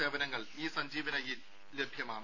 സേവനങ്ങൾ ഇ സഞ്ജീവനിയിൽ ലഭ്യമാണ്